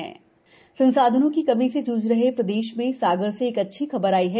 नए डॉक्टर संसाधनों की कमी से जूझ रहे प्रदेश में सागर से एक अच्छी खबर आई है